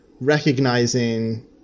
recognizing